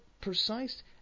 precise